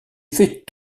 fait